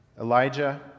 Elijah